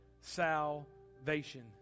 salvation